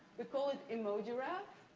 we call it emo giraffe.